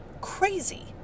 crazy